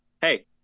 hey